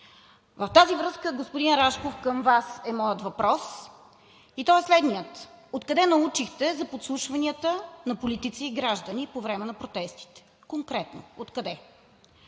В тази връзка, господин Рашков, към Вас е моят въпрос и той е следният: откъде научихте за подслушванията на политици и граждани по време на протестите? Конкретно откъде?